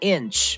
Inch